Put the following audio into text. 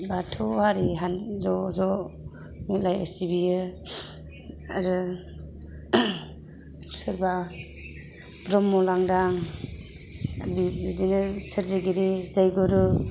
बाथौ आरि ज'ज' मिलायनानै सिबियो आरो सोरबा ब्रह्म लांदां बिदिनो सोरजिगिरि जैगुरु